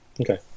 Okay